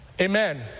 Amen